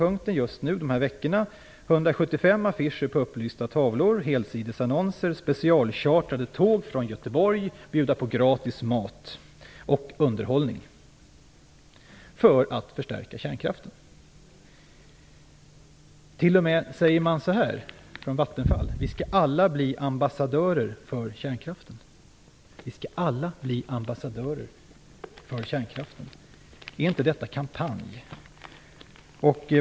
Under de här veckorna är det fråga om 175 affischer på upplysta tavlor, helsidesannonser, specialchartrade tåg från Göteborg, gratis mat och underhållning för att förstärka kärnkraften. Från Vattenfall säger man t.o.m.: Vi skall alla bli ambassadörer för kärnkraften. Är inte det en kampanj?